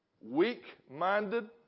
weak-minded